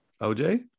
OJ